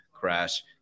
Crash